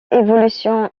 évolution